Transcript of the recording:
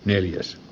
neljä as